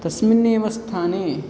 तस्मिन्नेव स्थाने